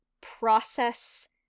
process